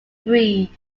breed